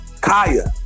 Kaya